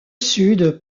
sud